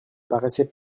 paraissait